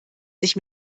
sich